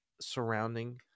surrounding